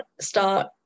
start